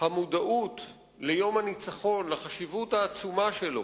המודעות ליום הניצחון, לחשיבות העצומה שלו